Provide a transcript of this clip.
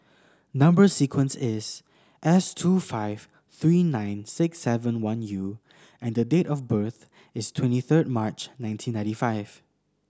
number sequence is S two five three nine six seven one U and date of birth is twenty third March nineteen ninety five